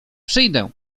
przyjdę